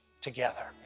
together